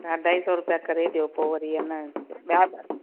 अढाई सौ रुपिया करे ॾियो पोइ वरी आहिनि ॿिया बि